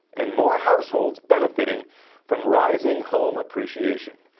and more households benefitting from rising home appreciation.